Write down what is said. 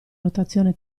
rotazione